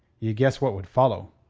ye guess what would follow.